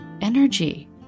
energy